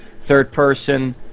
third-person